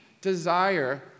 desire